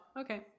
okay